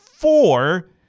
Four